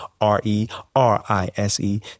R-E-R-I-S-E